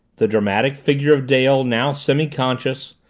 the dramatic figure of dale, now semi-conscious,